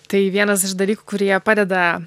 tai vienas iš dalykų kurie padeda